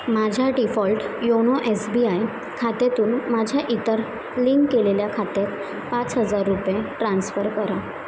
माझ्या default YONO S B I खात्यातून माझ्या इतर लिंक केलेल्या खात्यात पाच हजार रुपये ट्रान्स्फर करा